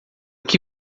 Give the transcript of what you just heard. que